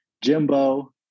Jimbo